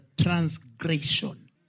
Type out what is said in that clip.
transgression